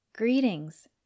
Greetings